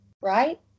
right